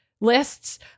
lists